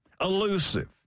Elusive